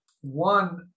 One